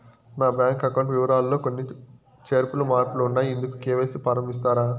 నా bank account వివరాలు లో కొన్ని చేర్పులు మార్పులు ఉన్నాయి, ఇందుకు కె.వై.సి ఫారం ఇస్తారా?